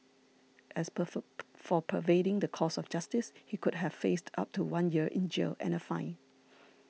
as perform for perverting the course of justice he could have faced up to one year in jail and a fine